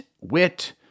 wit